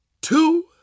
two